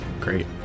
great